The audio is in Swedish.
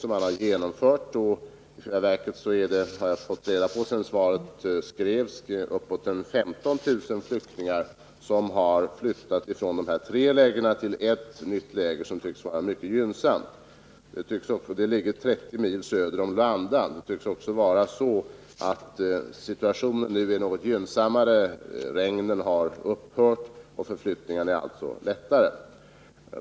Sedan svaret skrevs har jag fått reda på att det är uppåt 15 000 flyktingar som har flyttat från de här tre lägren till ett nytt läger, som tycks vara mycket gynnsamt. Det ligger 30 mil söder om Luanda. Det tycks också vara så att situationen nu är något gynnsammare — regnen har upphört och förflyttningarna går lättare.